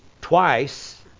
twice